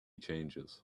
changes